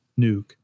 Nuke